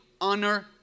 honor